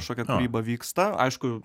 kažkokia kūryba vyksta aišku